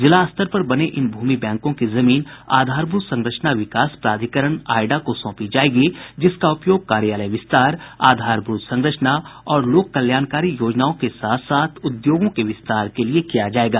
जिला स्तर पर बने इन भूमि बैंकों की जमीन आधारभूत संरचना विकास प्राधिकरण आयडा को सौंपी जायेगी जिसका उपयोग कार्यालय विस्तार आधारभूत संरचना और लोक कल्याणकारी योजनाओं के साथ साथ उद्योगों के विस्तार के लिये किया जायेगा